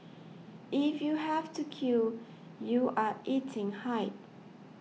if you have to queue you are eating hype